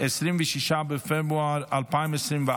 26 בפברואר 2024,